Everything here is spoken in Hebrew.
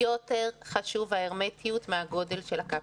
יותר חשובה ההרמטיות מהגודל של הקפסולה.